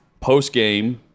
postgame